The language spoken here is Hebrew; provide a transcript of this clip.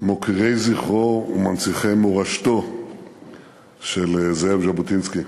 מוקירי זכרו ומנציחי מורשתו של זאב ז'בוטינסקי,